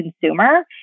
consumer